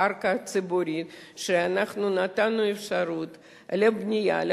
קרקע ציבורית שאנחנו נתנו אפשרות לבנייה של